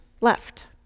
left